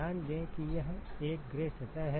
ध्यान दें कि यह एक ग्रे सतह है